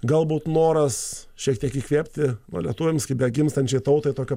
galbūt noras šiek tiek įkvėpti lietuviams kaip atgimstančiai tautai tokio